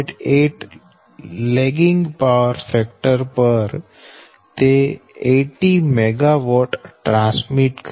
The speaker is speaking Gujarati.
8 લેગીંગ પાવર ફેક્ટર પર તે 80 MW ટ્રાન્સમીટ કરે છે